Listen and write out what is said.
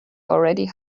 already